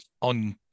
on